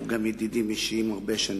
אנחנו גם ידידים אישיים הרבה שנים,